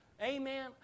Amen